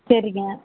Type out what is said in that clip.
சரிங்க